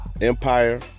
Empire